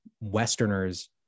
Westerners